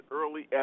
early